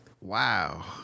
wow